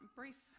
brief